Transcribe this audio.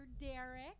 Derek